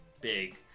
big